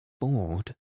Bored